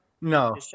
No